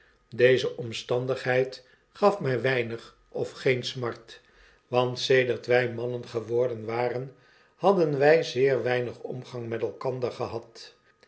deze omstandigheid gaf my weinig of geen smart want sedert wy mannen geworden waren hadden wy zeer weinig omgang met elkander gebad